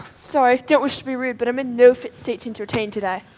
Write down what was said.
sorry, don't wish to be rude but i'm in no fit seat to entertain today.